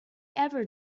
ever